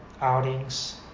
outings